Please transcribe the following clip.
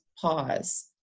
pause